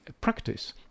practice